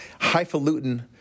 highfalutin